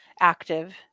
active